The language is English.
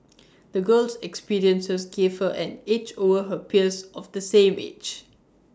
the girl's experiences gave her an edge over her peers of the same age